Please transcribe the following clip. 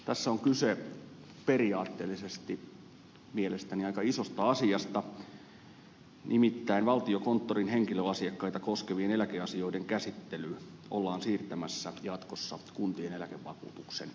tässä on kyse periaatteellisesti mielestäni aika isosta asiasta nimittäin valtiokonttorin henkilöasiakkaita koskevien eläkeasioiden käsittely ollaan siirtämässä jatkossa kuntien eläkevakuutuksen hallinnoimaksi